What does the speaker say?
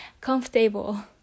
comfortable